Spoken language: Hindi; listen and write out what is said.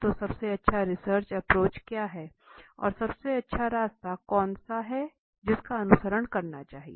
तो सबसे अच्छा रिसर्च एप्रोच क्या है और सबसे अच्छा रास्ता कौन सा है जिसका अनुसरण करना चाहिए